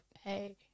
hey